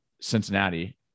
Cincinnati